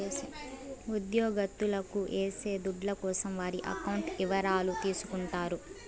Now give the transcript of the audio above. ఉద్యోగత్తులకు ఏసే దుడ్ల కోసం వారి అకౌంట్ ఇవరాలు తీసుకుంటారు